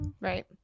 Right